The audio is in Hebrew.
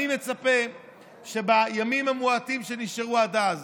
אני מצפה שבימים המועטים שנשארו עד אז,